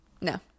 No